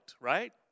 right